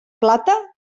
plata